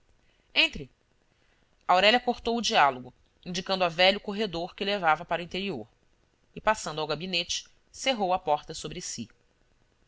meio-dia entre aurélia cortou o diálogo indicando à velha o corredor que levava para o interior e passando ao gabinete cerrou a porta sobre si